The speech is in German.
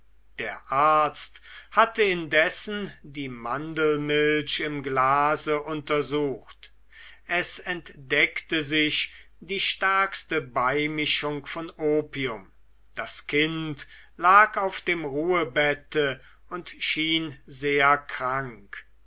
der arzt hatte indessen die mandelmilch im glase untersucht es entdeckte sich die stärkste beimischung von opium das kind lag auf dem ruhebette und schien sehr krank